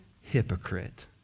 hypocrite